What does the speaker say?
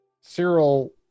Cyril